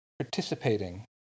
participating